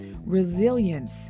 resilience